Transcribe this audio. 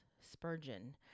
Spurgeon